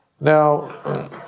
Now